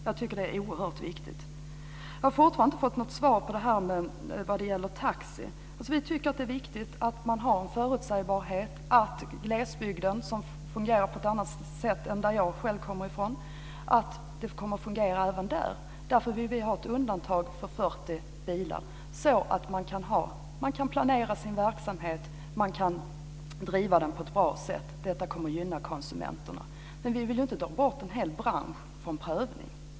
Jag tycker att det är oerhört viktigt. Jag har fortfarande inte fått något svar när det gäller det här med taxi. Vi tycker att det är viktigt att det finns en förutsägbarhet och att det här fungerar även i glesbygden, där det fungerar på ett annat sätt än vad det gör på den plats som jag själv kommer från. Därför vill vi ha ett undantag för 40 bilar, så att man kan planera sin verksamhet och driva den på ett bra sätt. Detta kommer att gynna konsumenterna. Men vi vill inte ta bort en hel bransch från prövning.